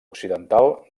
occidental